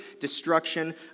destruction